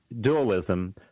dualism